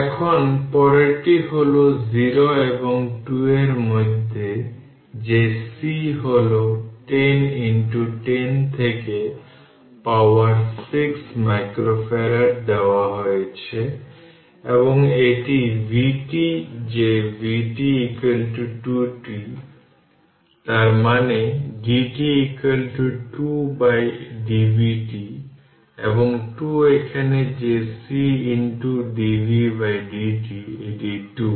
এখন পরেরটি হল 0 এবং 2 এর মধ্যে যে C হল 10 10 থেকে পাওয়ার 6 মাইক্রোফ্যারাড দেওয়া হয়েছে এবং এটি vt যে vt 2 t তার মানে dt 2 বাই dvt এবং 2 এখানে যে C dvdt এটি 2